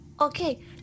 Okay